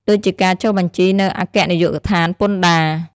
ដូចជាការចុះបញ្ជីនៅអគ្គនាយកដ្ឋានពន្ធដារ។